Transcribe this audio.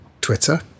twitter